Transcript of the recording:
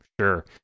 Sure